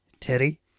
Teddy